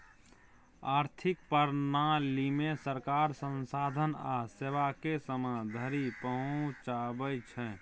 आर्थिक प्रणालीमे सरकार संसाधन आ सेवाकेँ समाज धरि पहुंचाबै छै